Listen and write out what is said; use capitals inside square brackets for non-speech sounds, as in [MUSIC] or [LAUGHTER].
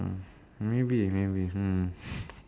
maybe maybe hmm [BREATH]